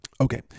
Okay